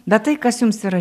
bet tai kas jums yra